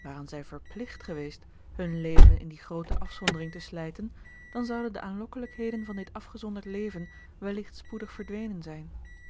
waren zij verpligt geweest hun leven in die groote afzondering te slijten dan zouden de aanlokkelijkheden van dit afgezonderd leven welligt spoedig verdwenen zijn